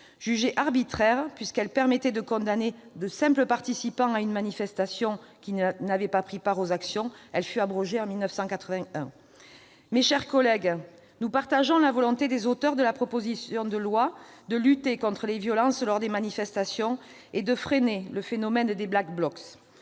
Jugée arbitraire, puisqu'elle permettait de condamner de simples participants à une manifestation qui n'avaient pas pris part aux actions, elle fut abrogée en 1981. Mes chers collègues, nous partageons la volonté des auteurs de la proposition de loi de lutter contre les violences lors des manifestations et de freiner le phénomène des Blacks Blocs,